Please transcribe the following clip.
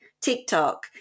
TikTok